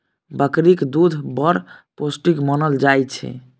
बकरीक दुध बड़ पौष्टिक मानल जाइ छै